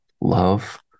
love